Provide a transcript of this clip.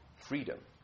freedom